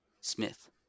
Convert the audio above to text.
Smith